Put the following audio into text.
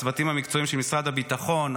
לצוותים המקצועיים של משרד הביטחון,